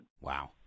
Wow